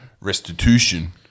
restitution